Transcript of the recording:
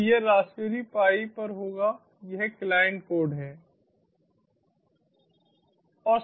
तो यह raspberry pi पर होगा यह क्लाइंट कोड है